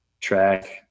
track